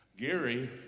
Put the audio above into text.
Gary